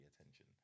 attention